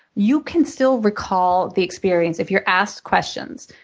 you can still recall the experience if you're asked questions.